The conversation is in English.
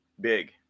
big